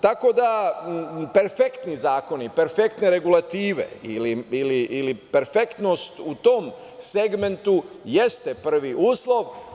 Tako da perfektni zakoni, perfektne regulative ili perfektnost u tom segmentu jeste prvi uslov.